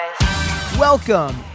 Welcome